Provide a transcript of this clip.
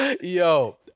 Yo